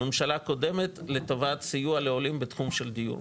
בממשלה הקודמת לטובת סיוע לעולים בתחום של דיור.